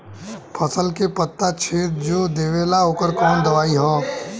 फसल के पत्ता छेद जो देवेला ओकर कवन दवाई ह?